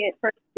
First